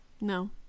No